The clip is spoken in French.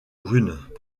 brunes